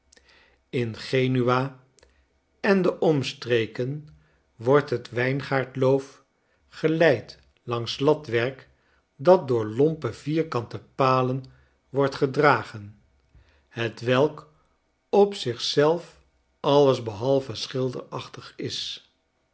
in genua en de omstreken wordt het wijngaardloof geleid langs latwerk dat door lompe vierkante palen wordt gedragen hetwelk op zich zelf alles behalve schilderachtig is